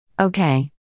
Okay